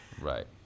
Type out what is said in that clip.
Right